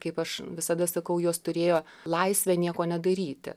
kaip aš visada sakau jos turėjo laisvę nieko nedaryti